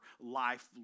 life